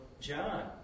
John